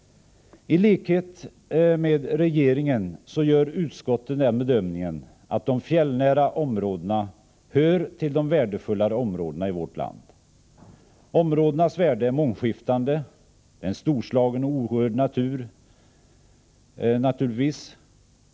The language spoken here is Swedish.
I likhet med regeringen gör utskottet den bedömningen att de fjällnära områdena hör till de värdefullare områdena i vårt land. Deras värde är mångskiftande, och de har naturligtvis en storslagen och orörd natur.